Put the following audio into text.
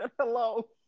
Hello